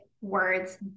words